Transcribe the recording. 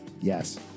Yes